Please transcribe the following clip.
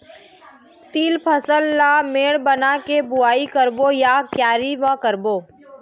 तील फसल ला मेड़ बना के बुआई करबो या क्यारी म करबो?